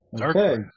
Okay